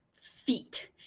feet